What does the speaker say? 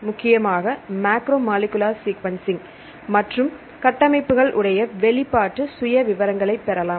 முக்கியமாக macro molecular sequencing மற்றும் கட்டமைப்புகள் உடைய வெளிப்பாட்டு சுய விவரங்களை பெறலாம்